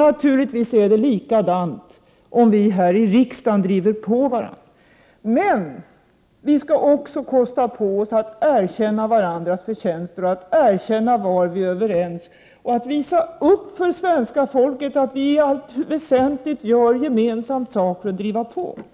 Naturligtvis är det likadant om vi här i riksdagen driver på varandra. Men vi skall också kosta på oss att erkänna varandras förtjänster och att erkänna var vi är överens. Vi skall visa svenska folket att vi i allt väsentligt gör gemensam sak för att driva på utvecklingen.